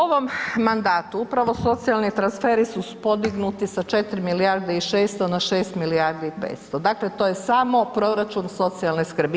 U ovom mandatu upravo socijalni transferi su podignuti sa 4 milijarde i 600 na 6 milijardi i 500, dakle to je samo proračun socijalne skrbi.